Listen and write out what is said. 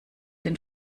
den